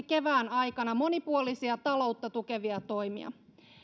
kevään aikana monipuolisia taloutta tukevia toimia